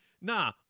nah